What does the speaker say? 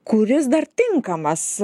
kuris dar tinkamas